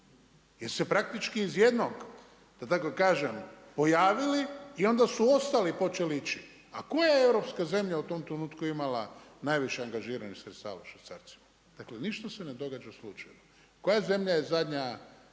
Jer se praktički iz jednog da tako kažem pojavili i onda su ostali počeli ići, a koja je europska zemlja u tom trenutku imala najviše angažiranih sredstava u švicarcima? Dakle, ništa se ne događa slučajno. Koja zemlja je zadnja